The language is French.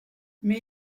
mais